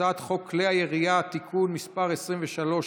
הצעת חוק כלי הירייה (תיקון מס' 23),